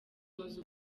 muzi